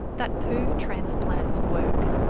that poo transplants work.